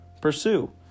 pursue